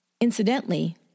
Incidentally